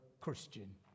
Christian